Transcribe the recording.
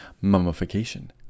mummification